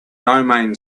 domain